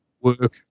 work